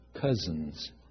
cousins